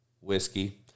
whiskey